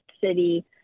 city